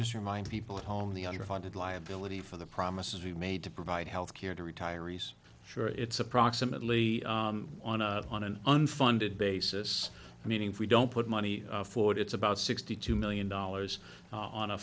just remind people at home the underfunded liability for the promises you made to provide health care to retirees sure it's approximately on on an unfunded basis meaning if we don't put money forward it's about sixty two million dollars on a